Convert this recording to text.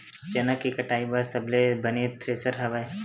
चना के कटाई बर सबले बने थ्रेसर हवय?